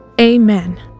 Amen